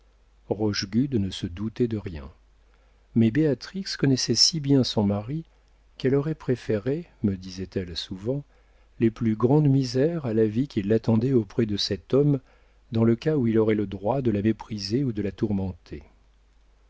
ne se doutait de rien mais béatrix connaissait si bien son mari qu'elle aurait préféré me disait-elle souvent les plus grandes misères à la vie qui l'attendait auprès de cet homme dans le cas où il aurait le droit de la mépriser ou de la tourmenter